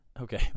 Okay